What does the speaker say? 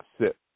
sit